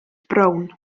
brown